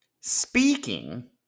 Speaking